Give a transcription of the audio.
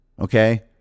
Okay